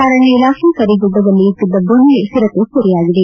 ಅರಣ್ಯ ಇಲಾಖೆ ಕರಿಗುಡ್ಡದಲ್ಲಿ ಇಟ್ಟದ ಬೋನಿಗೆ ಚಿರತೆ ಸೆರೆಯಾಗಿದೆ